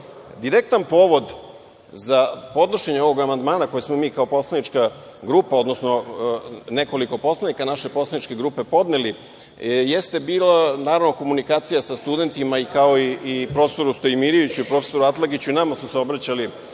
povod za podnošenje ovog amandmana koji smo mi kao poslanička grupa, odnosno nekoliko poslanika naše poslaničke grupe podneli jeste bila komunikacija sa studentima, kao i profesoru Stojimiroviću i profesoru Atlagiću, i nama su se obraćali